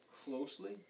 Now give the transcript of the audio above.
closely